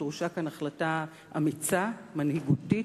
דרושה כאן החלטה אמיצה, מנהיגותית,